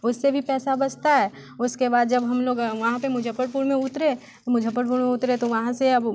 उससे भी पैसा बचता है उसके बाद जब हम लोग वहाँ पे मुजफ्फरपुर में उतरे मुजफ्फरपुर में उतरे तो वहाँ से अब